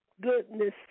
goodness